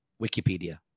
Wikipedia